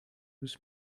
this